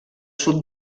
sud